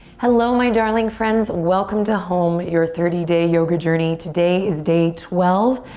hello, my darling friends. welcome to home, your thirty day yoga journey. today is day twelve.